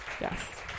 Yes